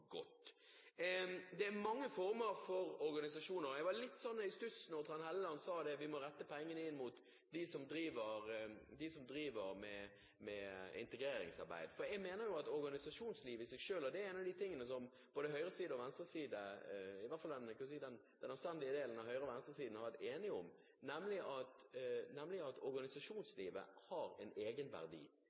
godt. Det er mange former for organisasjoner. Jeg ble litt i stuss da Trond Helleland sa at vi må rette pengene inn mot dem som driver med integreringsarbeid, for jeg mener jo – og det er av de tingene som både høyresiden og venstresiden, i hvert fall den anstendige delen av høyre- og venstresiden, har vært enige om – at organisasjonslivet har en egenverdi. Det er ikke sånn at de er et supplement til det offentlige, men organisasjonene har en